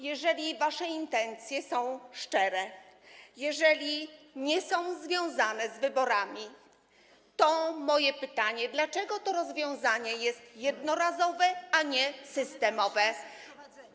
Jeżeli wasze intencje są szczere, jeżeli nie są związane z wyborami, to mam pytanie: Dlaczego to rozwiązanie jest jednorazowe, a nie systemowe?